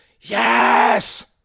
Yes